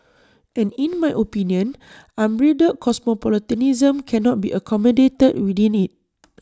and in my opinion unbridled cosmopolitanism cannot be accommodated within IT